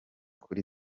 kuri